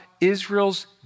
Israel's